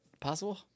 possible